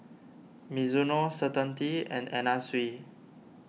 Mizuno Certainty and Anna Sui